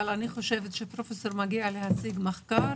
אבל אני חושבת שכאשר פרופסור מגיע להציג מחקר